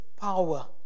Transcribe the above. power